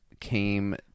came